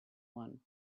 one